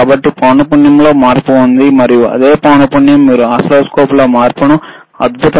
కాబట్టి పౌనపున్యం లో మార్పు ఉంది మరియు అదే పౌనపున్యం మీరు ఓసిల్లోస్కోప్లో మార్పును అద్భుతమైనవిగా చూడవచ్చు